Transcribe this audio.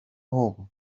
home